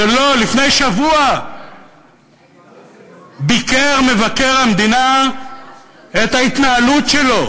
שלפני שבוע ביקר מבקר המדינה את ההתנהלות שלו,